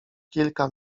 kilka